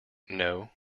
know